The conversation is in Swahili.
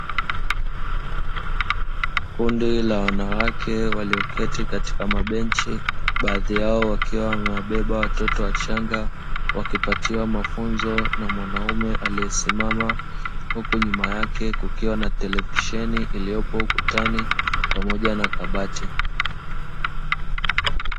Kundi la wanawake walioketi katika mabenchi, baadhi yao wakiwa wamebeba watoto wachanga wakipatiwa mafunzo na mwanaume aliyesimama, huku nyuma yake kukiwa na televisheni iliyopo ukutani pamoja na kabati.